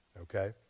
okay